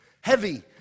heavy